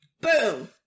boom